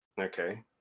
Okay